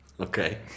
Okay